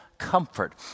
comfort